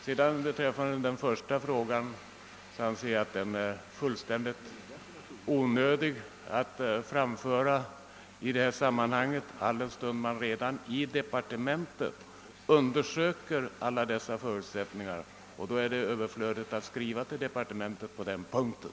Vad beträffar den första frågan anser jag att den är fullständigt onödig att framföra i detta sammanhang, alldenstund man i departementet redan undersöker alla dessa förutsättningar. Då är det överflödigt att skriva till departementet på den punkten.